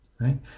right